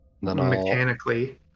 mechanically